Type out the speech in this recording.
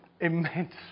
immense